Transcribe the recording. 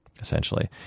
essentially